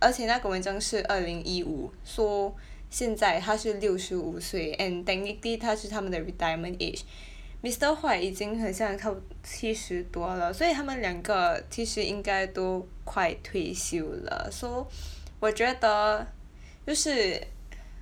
而且那个文章是二零一五 so 现在他是六十五岁 and technically 他是他们的 retirement age mister White 已经很像差不七十多了所以他们两个其实应该都快退休了 so 我觉得 就是